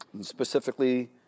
specifically